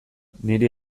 niri